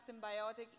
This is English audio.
symbiotic